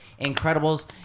Incredibles